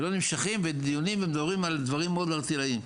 ולא נמשכים בדיונים ומדברים על דברים מאוד ערטילאיים.